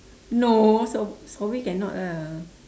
no so~ sobri cannot ah